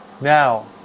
now